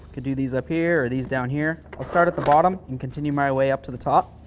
could do these up here or these down here. i'll start at the bottom and continue my way up to the top.